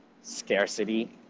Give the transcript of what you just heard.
scarcity